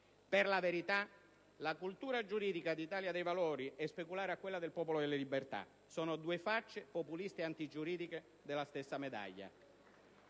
Per la verità, la cultura giuridica dell'Italia dei Valori è speculare a quella del Popolo della Libertà, sono due facce populiste e antigiuridiche della stessa medaglia.